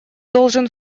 должен